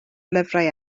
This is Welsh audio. lyfrau